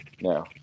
no